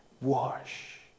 wash